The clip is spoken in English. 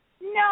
No